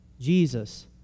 Jesus